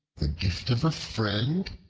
the gift of a friend?